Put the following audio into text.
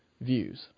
views